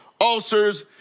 ulcers